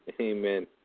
Amen